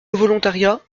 volontariat